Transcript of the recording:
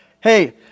Hey